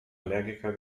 allergiker